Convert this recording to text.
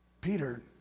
Peter